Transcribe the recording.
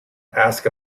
ask